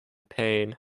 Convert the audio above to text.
pain